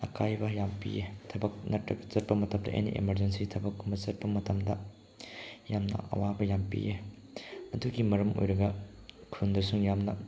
ꯑꯀꯥꯏꯕ ꯌꯥꯝꯅ ꯄꯤꯌꯦ ꯊꯕꯛ ꯅꯠꯇ꯭ꯔꯒ ꯆꯠꯄ ꯃꯇꯝꯗ ꯑꯦꯅꯤ ꯏꯃꯔꯖꯦꯟꯁꯤ ꯊꯕꯛ ꯑꯃ ꯆꯠꯄ ꯃꯇꯝꯗ ꯌꯥꯝꯅ ꯑꯋꯥꯕ ꯌꯥꯝ ꯄꯤꯌꯦ ꯑꯗꯨꯒꯤ ꯃꯔꯝ ꯑꯣꯏꯔꯒ ꯈꯨꯟꯗꯁꯨ ꯌꯥꯝꯅ